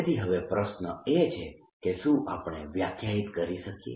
તેથી હવે પ્રશ્ન એ છે કે શું આપણે વ્યાખ્યાયિત કરી શકીએ